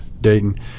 Dayton